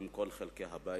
לעת ההיא,